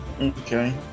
Okay